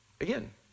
Again